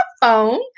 phone